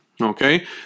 okay